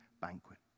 banquet